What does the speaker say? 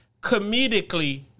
comedically